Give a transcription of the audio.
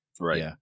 Right